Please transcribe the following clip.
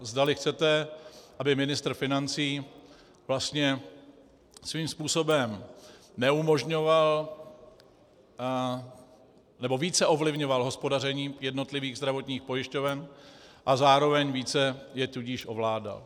Zdali chcete, aby ministr financí vlastně svým způsobem neumožňoval nebo více ovlivňoval hospodaření jednotlivých zdravotních pojišťoven a zároveň je tudíž více ovládal.